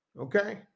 Okay